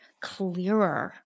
clearer